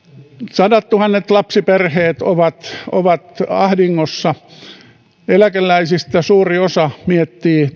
sadattuhannet lapsiperheet ovat ovat ahdingossa eläkeläisistä suuri osa miettii